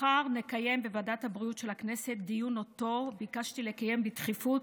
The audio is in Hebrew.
מחר נקיים בוועדת הבריאות של הכנסת דיון שביקשתי לקיים בדחיפות